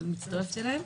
אבל אני מצטרפת אליהן.